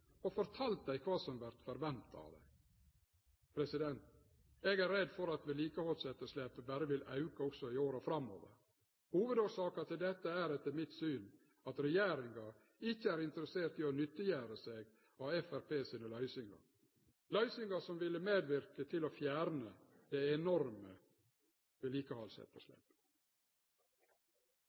fortalt dei kva som vert venta av dei? Eg er redd for at vedlikehaldsetterslepet berre vil auke i åra framover. Hovudårsaka til dette er etter mitt syn at regjeringa ikkje er interessert i å nyttiggjere seg Framstegspartiets løysingar – løysingar som ville medverke til å fjerne det enorme vedlikehaldsetterslepet.